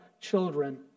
children